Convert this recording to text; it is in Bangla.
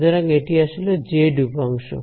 সুতরাং এটি আসলে জেড উপাংশ